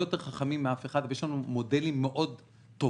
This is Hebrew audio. יותר חכמים מאף אחד אבל יש לנו מודלים מאוד טובים,